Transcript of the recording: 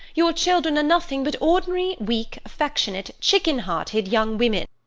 your children are nothing but ordinary, weak, affec tionate, chicken-hearted young women!